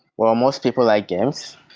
well, most people like games.